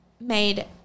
made